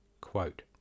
Quote